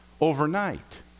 overnight